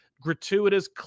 gratuitous